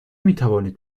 میتوانید